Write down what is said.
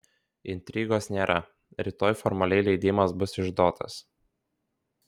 intrigos nėra rytoj formaliai leidimas bus išduotas